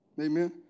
Amen